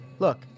Look